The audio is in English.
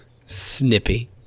Snippy